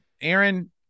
Aaron